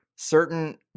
certain